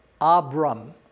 Abram